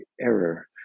error